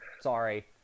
sorry